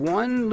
one